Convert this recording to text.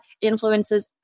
influences